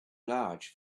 large